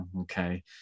okay